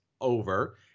over